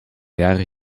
jaren